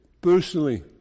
personally